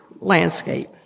landscape